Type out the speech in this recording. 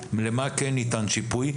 למה ניתן שיפוי,